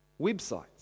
websites